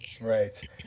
right